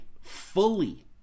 fully